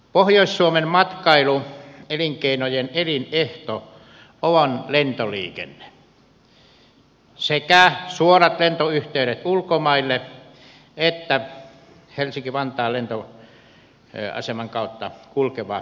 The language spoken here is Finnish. pohjois suomen matkailuelinkeinojen elinehto on lentoliikenne sekä suorat lentoyhteydet ulkomaille että helsinki vantaan lentoaseman kautta kulkeva liikenne